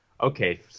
okay